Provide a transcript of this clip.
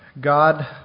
God